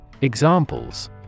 Examples